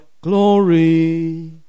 glory